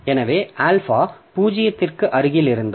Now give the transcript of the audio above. எனவே ஆல்பா பூஜ்ஜியத்திற்கு அருகில் இருந்தால்